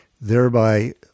thereby